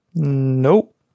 nope